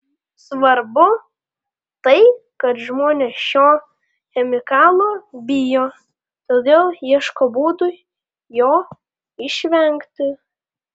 svarbu tai kad žmonės šio chemikalo bijo todėl ieško būdų jo išvengti